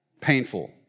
Painful